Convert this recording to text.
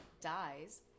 dies